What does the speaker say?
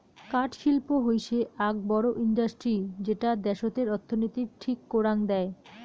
কাঠ শিল্প হৈসে আক বড় ইন্ডাস্ট্রি যেটা দ্যাশতের অর্থনীতির ঠিক করাং দেয়